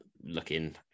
looking